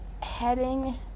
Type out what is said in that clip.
heading